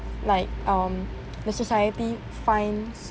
like um the society finds